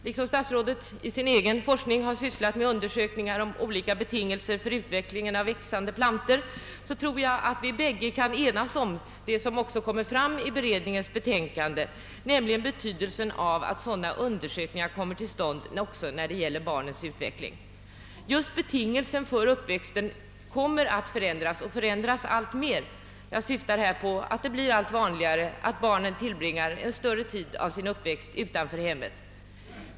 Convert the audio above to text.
Då statsrådet i sin egen forskning har sysslat med undersökningar om olika betingelser för växande plantor, tror jag att vi båda kan enas om — såsom också framgår av beredningens betänkande — att det är betydelsefullt att sådana undersökningar kommer till stånd även beträffande barnens utveckling. Betingelserna för uppväxandet kommer att förändras alltmer. Jag syftar på att det blir allt vanligare att barn tillbringar en större del av sin uppväxttid utanför hemmet.